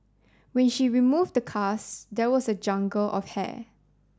when she removed the cast there was a jungle of hair